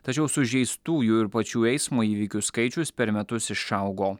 tačiau sužeistųjų ir pačių eismo įvykių skaičius per metus išaugo